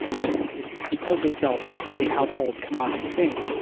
but because they sell basically household commodity things,